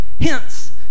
hence